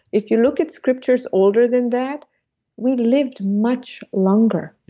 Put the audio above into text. if you look at scriptures older than that we lived much longer,